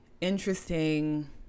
interesting